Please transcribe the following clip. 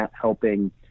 helping